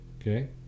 Okay